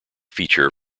feature